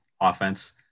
offense